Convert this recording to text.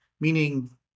meaning